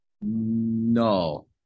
No